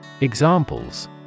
Examples